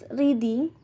reading